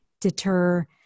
deter